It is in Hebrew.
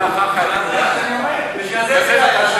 למה?